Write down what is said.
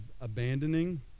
abandoning